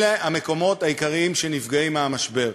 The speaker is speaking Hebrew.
אלה המקומות העיקריים שנפגעים מהמשבר.